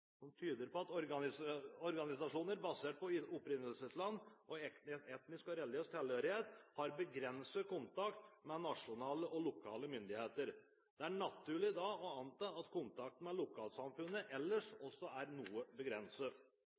organisasjoner basert på opprinnelsesland og etnisk og religiøs tilhørighet har begrenset kontakt med nasjonale og lokale myndigheter. Det er naturlig da å anta at kontakten med lokalsamfunnet ellers også er noe begrenset.